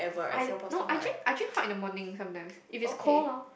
I no I drink I drink hot in the morning sometimes if it's cold loh